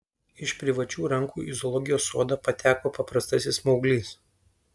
iš privačių rankų į zoologijos sodą pateko paprastasis smauglys